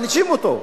מענישים אותו.